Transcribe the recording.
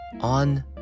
on